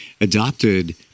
adopted